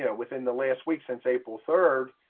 yeah within the last week, since april third,